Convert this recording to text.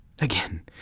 Again